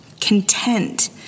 content